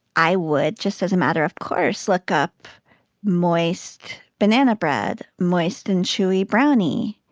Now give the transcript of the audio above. i would just, as a matter of course, look up moist banana bread, moist and chewy brownie.